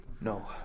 No